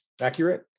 accurate